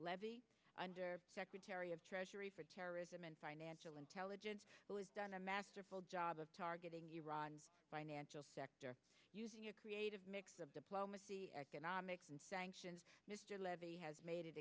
levy under secretary of treasury for terrorism and financial intelligence who has done a masterful job of targeting iran financial sector using your creative mix of diplomacy economics and sanctions mr levy has made it